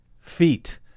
feet